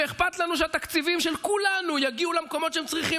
אכפת לנו שהתקציבים של כולנו יגיעו למקומות שהם צריכים